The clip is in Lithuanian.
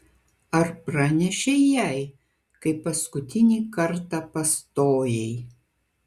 ar pranešei jai kai paskutinį kartą pastojai